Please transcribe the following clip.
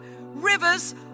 rivers